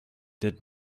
did